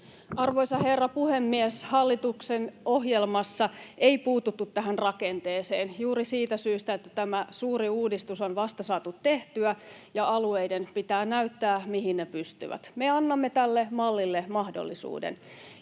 Arvoisa herra puhemies! Hallituksen ohjelmassa ei puututtu tähän rakenteeseen, juuri siitä syystä, että tämä suuri uudistus on vasta saatu tehtyä ja alueiden pitää näyttää, mihin ne pystyvät. Me annamme tälle mallille mahdollisuuden.